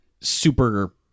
super